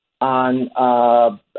on